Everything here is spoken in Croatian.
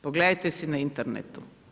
Pogledajte si na internetu.